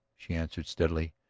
she answered steadily.